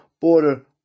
border